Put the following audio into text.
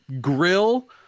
grill